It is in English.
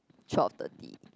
twelve thirty